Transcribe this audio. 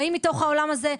באים מתוך העולם הזה.